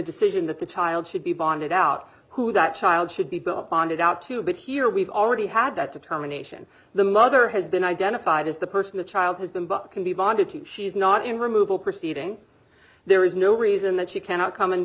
decision that the child should be bonded out who that child should be brought up bonded out to but here we've already had that determination the mother has been identified as the person the child has been but can be bonded to she's not in removal proceedings there is no reason that she cannot come and